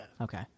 Okay